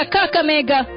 Kakamega